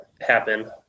happen